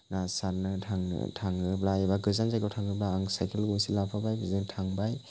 ना सारनो थां थाङोब्ला एबा गोजान जायगायाव थाङोब्ला आं साइकेल गंसे लाफाबाय बेजों थांबाय